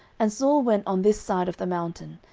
and saul went on this side of the mountain,